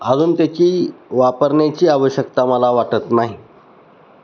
अजून त्याची वापरण्याची आवश्यकता मला वाटत नाही